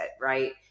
right